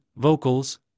vocals